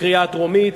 לקריאה טרומית,